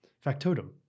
Factotum